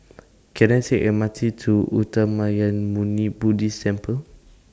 Can I Take The M R T to Uttamayanmuni Buddhist Temple